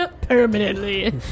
Permanently